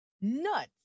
nuts